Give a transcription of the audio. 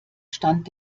stand